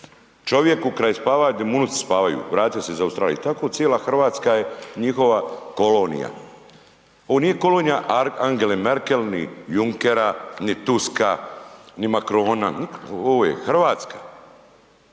Čovjeku kraj spavaće, gdje mu unuci spavaju, vratia se iz Australije, i tako cijela Hrvatska je njihova kolonija, ovo nije kolonija Angele Merkel, ni Junckera, ni Tuska, ni Macrona, .../Govornik